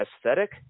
aesthetic